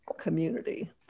community